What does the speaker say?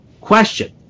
question